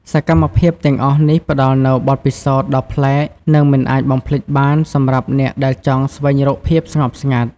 សកម្មភាពទាំងអស់នេះផ្តល់នូវបទពិសោធន៍ដ៏ប្លែក និងមិនអាចបំភ្លេចបានសម្រាប់អ្នកដែលចង់ស្វែងរកភាពស្ងប់ស្ងាត់។